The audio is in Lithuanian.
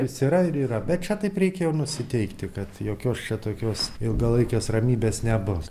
vis yra ir yra bet čia taip reikia ir nusiteikti kad jokios čia tokios ilgalaikės ramybės nebus